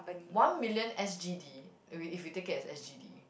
one million s_g_d if we if we take it as s_g_d